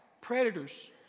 predators